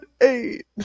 eight